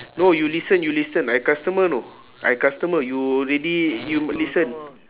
no you listen you listen I customer know I customer you already you listen